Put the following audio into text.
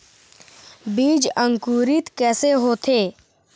बीज अंकुरित कैसे होथे?